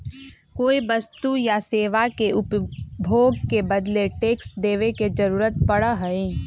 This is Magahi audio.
कोई वस्तु या सेवा के उपभोग के बदले टैक्स देवे के जरुरत पड़ा हई